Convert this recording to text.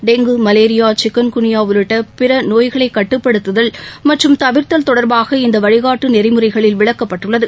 dengue malaria chikungunya உள்ளிட்ட பிற நோய்களை கட்டுப்படுத்துதல் மற்றும் தவிர்த்தல் தொடர்பாக இந்த வழிகாட்டு நெறிமுறைகளில் விளக்கப்பட்டுள்ளது